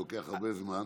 שלוקח הרבה זמן,